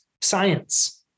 science